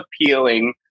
appealing